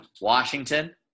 Washington